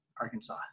Arkansas